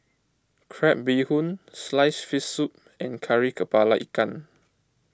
Crab Bee Hoon Sliced Fish Soup and Kari Kepala Ikan